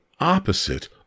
opposite